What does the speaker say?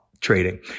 trading